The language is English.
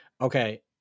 okay